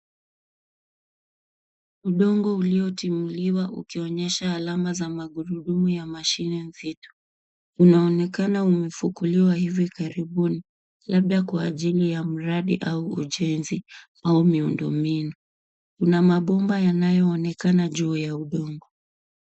Udongo uliotimuliwa ukionyesha alama za magurudumu ya mashine nzito. Unaonekana umefukuliwa hivi karibuni labda kwa ajili ya mradi au ujenzi au miundombinu. Kuna mabomba yanayoonekana juu ya udongo.